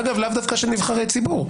אגב לאו דווקא של נבחרי ציבור,